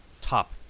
top